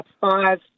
five